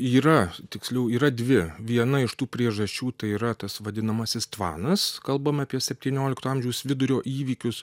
yra tiksliau yra dvi viena iš tų priežasčių tai yra tas vadinamasis tvanas kalbame apie septyniolikto amžiaus vidurio įvykius